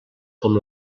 com